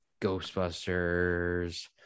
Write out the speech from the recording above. Ghostbusters